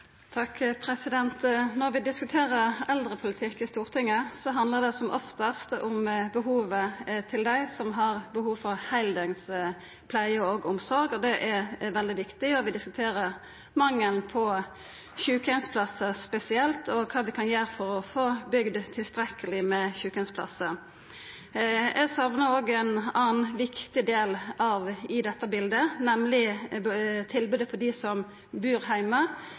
Når vi diskuterer eldrepolitikk i Stortinget, handlar det som oftast om behovet til dei som har behov for heildøgns pleie og omsorg, og det er veldig viktig at vi diskuterer mangelen på sjukeheimsplassar spesielt og kva vi kan gjera for å få bygd tilstrekkeleg med sjukeheimsplassar. Eg saknar òg ein annan viktig del i dette biletet, nemleg tilbodet for dei som bur heime.